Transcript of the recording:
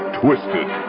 twisted